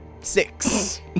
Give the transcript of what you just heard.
six